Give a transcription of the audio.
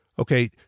Okay